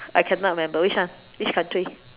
I cannot remember which one which country